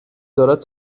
دارد